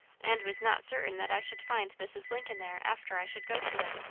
and was not certain that i should find mrs. lincoln there after i should go to it.